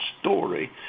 story